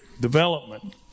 development